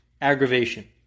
aggravation